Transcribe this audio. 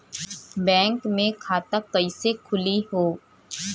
Bank मे खाता कईसे खुली हो?